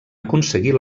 aconseguir